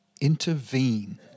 intervene